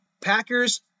Packers